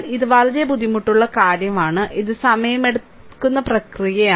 ഇത് വളരെ ബുദ്ധിമുട്ടുള്ള കാര്യമാണ് ഇത് സമയമെടുക്കുന്ന പ്രക്രിയയാണ്